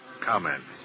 Comments